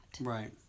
Right